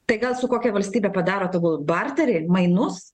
tai gal su kokia valstybe padaro tegul barterį mainus